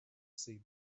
see